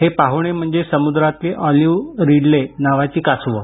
हे पाहणे म्हणजे समुद्रातली ऑलिव्ह रिडले नावाची कासवं